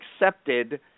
accepted